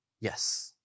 Yes